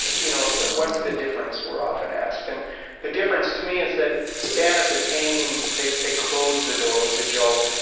you know what's the difference? we're often asked. and the difference to me is that stand-up is aiming they they close the door with a joke.